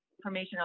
information